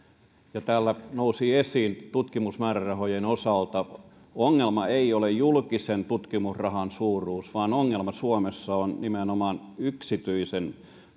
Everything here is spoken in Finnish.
täällä nousi esiin tutkimusmäärärahojen osalta että ongelma ei ole julkisen tutkimusrahan suuruus vaan ongelma suomessa on nimenomaan yksityisen